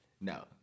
No